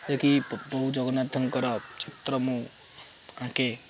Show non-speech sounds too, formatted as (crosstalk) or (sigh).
(unintelligible) ପ୍ରଭୁ ଜଗନ୍ନାଥଙ୍କର ଚିତ୍ର ମୁଁ ଆଙ୍କେ